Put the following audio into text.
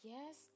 Yes